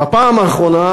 בפעם האחרונה,